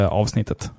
avsnittet